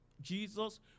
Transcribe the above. Jesus